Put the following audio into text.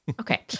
Okay